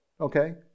okay